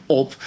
op